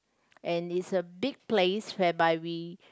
and it's a big place whereby we